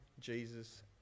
Jesus